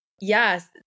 Yes